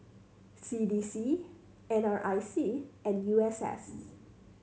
C D C N R I C and U S S